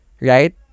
right